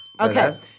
Okay